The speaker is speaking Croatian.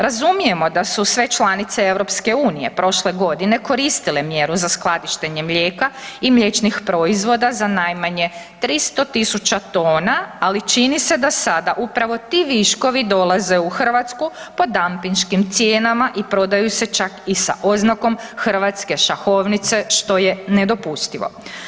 Razumijemo da su sve članice EU prošle godine koristile mjeru za skladištenje mlijeka i mliječnih proizvoda za najmanje 300.000 tona, ali čin se da sada upravo ti viškovi dolaze u Hrvatsku pod dampinškim cijenama i prodaju se čak i sa oznakom hrvatske šahovnice što je nedopustivo.